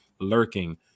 Lurking